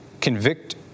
convict